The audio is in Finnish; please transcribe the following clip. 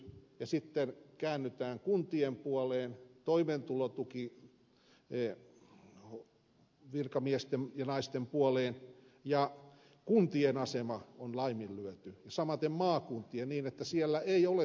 sitten käännytään kuntien puoleen toimeentulotukivirkamiesten ja naisten puoleen ja kuntien asema on laiminlyöty samaten maakuntien niin että siellä ei ole sitä rahaa